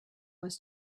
was